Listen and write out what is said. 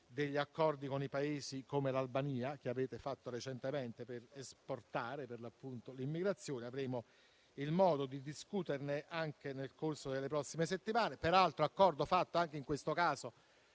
degli accordi con Paesi come l'Albania, che avete fatto recentemente per esportare l'immigrazione; avremo modo di discuterne nel corso delle prossime settimane. Si tratta peraltro di un accordo fatto, anche in questo caso,